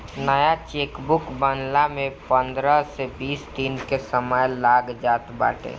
नया चेकबुक बनला में पंद्रह से बीस दिन के समय लाग जात बाटे